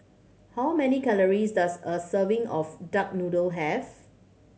how many calories does a serving of duck noodle have